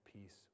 peace